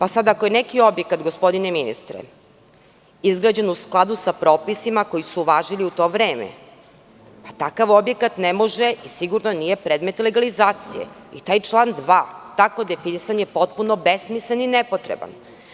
Ako je neki objekat, gospodine ministre, izgrađen u skladu sa propisima koji su važili u to vreme, takav objekat nije sigurno predmet legalizacije i taj član 2, takvo definisanje je besmisleno i nepotrebno.